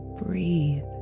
breathe